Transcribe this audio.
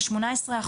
ה-18%.